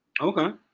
Okay